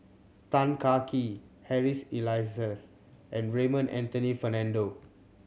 Tan Kah Kee Harry's Elias and Raymond Anthony Fernando